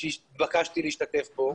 כשהתבקשתי להשתתף בו.